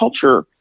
culture